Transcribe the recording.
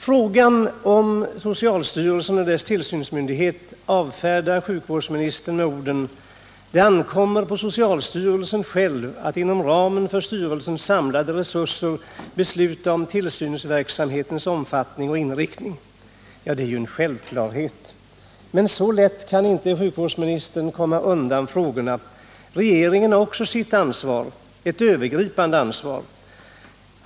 Frågan om socialstyrelsens tillsynsskyldighet avfärdar sjukvårdsministern med orden: ”Det ankommer på socialstyrelsen själv att inom ramen för styrelsens samlade resurser besluta om tillsynsverksamhetens omfattning och inriktning.” Ja, det är en självklarhet. Men så lätt kan sjukvårdsministern inte komma undan frågorna. Regeringen har också ett ansvar, ett övergripande ansvar.